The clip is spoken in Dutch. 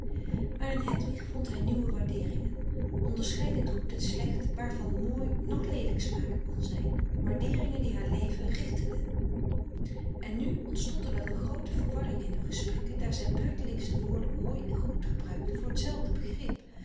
maar in hedwig vond hij nieuwe waardeeringen onderscheidend goed en slecht waar van mooi noch leelijk sprake kon zijn waardeeringen die haar leven richteden en nu ontstond er wel een groote verwarring in hun gesprekken daar zij beurtelings de woorden mooi en goed gebruikten voor t zelfde begrip